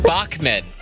Bachman